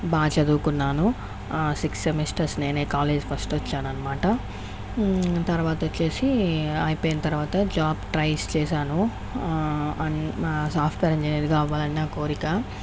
బాగా చదువుకున్నాను six semesters నేనే కాలేజ్ ఫస్ట్ వచ్చాను అనమాట తర్వాత వచ్చేసి అయిపోయిన తర్వాత జాబ్ ట్రైస్ చేశాను సాఫ్ట్వేర్ ఇంజనీర్గా అవ్వాలని నా కోరిక